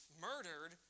murdered